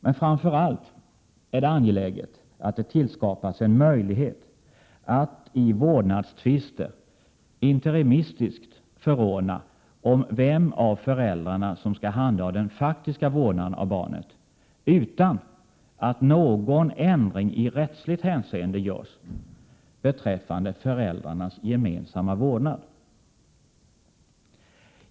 Men framför allt är det angeläget att det skapas en möjlighet att i vårdnadstvister interimistiskt förordna om vem av föräldrarna som skall handha den faktiska vården av barnet, utan att någon ändring i rättsligt hänseende görs beträffande föräldrarnas gemensamma vårdnad.